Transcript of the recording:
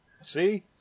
see